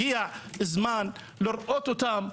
הגיע זמן לראות אותם,